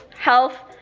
health,